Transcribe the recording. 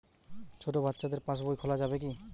ছোট বাচ্চাদের পাশবই খোলা যাবে কি?